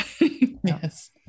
yes